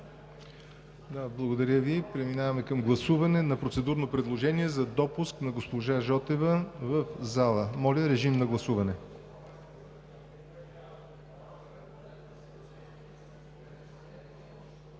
Благодаря Ви. Преминаваме към гласуване на процедурното предложение за допуск на госпожа Жотева в залата. Гласували